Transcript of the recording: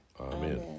Amen